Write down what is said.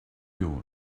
you